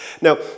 Now